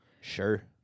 Sure